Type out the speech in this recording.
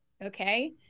Okay